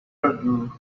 argue